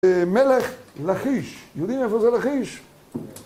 מלך לכיש, יודעים איפה זה לכיש?